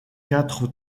quatre